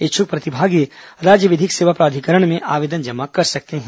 इच्छुक प्रतिभागी राज्य विधिक सेवा प्राधिकरण में आवेदन जमा कर सकते हैं